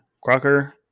Crocker